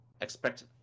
expect